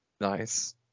nice